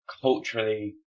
culturally